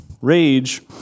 Rage